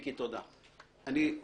תודה, מיקי.